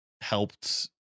helped